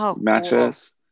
matches